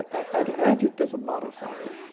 and adjective's a modifier.